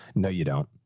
no, you don't.